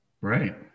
right